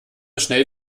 schnell